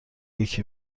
یکی